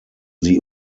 sie